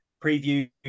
preview